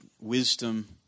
wisdom